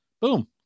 Boom